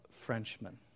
Frenchman